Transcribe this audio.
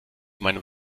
meinem